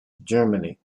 germany